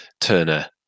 Turner